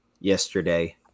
yesterday